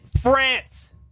France